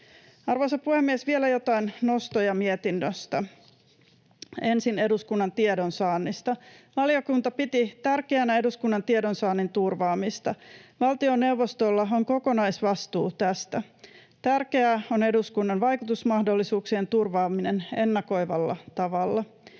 Arvoisa puhemies! Vielä joitain nostoja mietinnöstä. Ensin eduskunnan tiedonsaannista. Valiokunta piti tärkeänä eduskunnan tiedonsaannin turvaamista. Valtioneuvostolla on kokonaisvastuu tästä. Tärkeää on eduskunnan vaikutusmahdollisuuksien turvaaminen ennakoivalla tavalla.